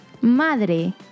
Madre